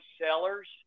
sellers